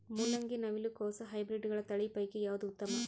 ಮೊಲಂಗಿ, ನವಿಲು ಕೊಸ ಹೈಬ್ರಿಡ್ಗಳ ತಳಿ ಪೈಕಿ ಯಾವದು ಉತ್ತಮ?